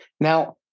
Now